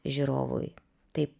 žiūrovui taip